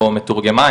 או מתורגמן.